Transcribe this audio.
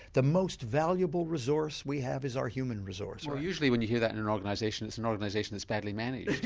the most valuable resource we have is our human resource. well usually when you hear that in an organisation it's an organisation that's badly managed.